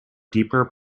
deeper